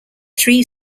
three